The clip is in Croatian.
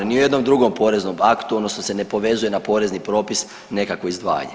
Ni u jednom drugom poreznom aktu se ne povezuje na porezni propis nekakvo izdvajanje.